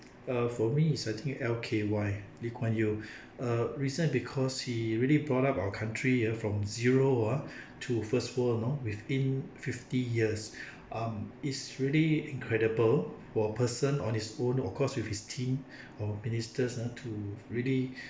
uh for me is I think L_K_Y lee kuan yew err reason because he really brought up our country ah from zero ah to first world you know within fifty years um it's really incredible for a person on his own of course with his team of ministers ah to really